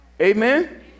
Amen